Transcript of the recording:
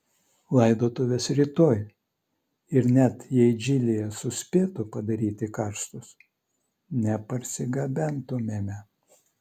laidotuvės rytoj ir net jei džilyje suspėtų padaryti karstus neparsigabentumėme